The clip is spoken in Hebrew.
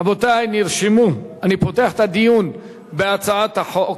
רבותי, נרשמו, אני פותח את הדיון בהצעת החוק.